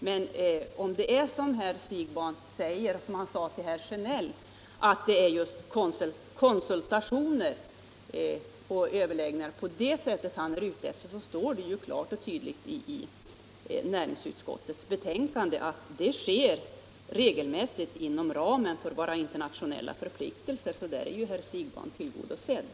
Men om det är som herr Siegbahn sade till herr Sjönell, att det är just konsultationer och överläggningar han är ute efter, så står det ju klart och tydligt i näringsutskottets betänkande att sådana sker regelmässigt inom ramen för våra internationella förpliktelser. Där är alltså herr Siegbahn tillgodosedd.